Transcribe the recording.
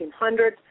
1800s